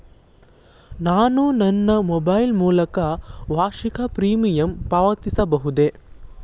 ನಾನು ನನ್ನ ಮೊಬೈಲ್ ಮೂಲಕ ಮಾಸಿಕ ಪ್ರೀಮಿಯಂ ಪಾವತಿಸಬಹುದೇ?